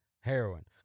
heroin